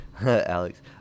Alex